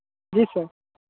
जी sir